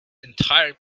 entire